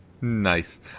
Nice